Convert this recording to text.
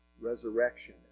Resurrection